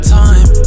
time